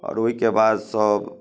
आओर ओइके बाद सब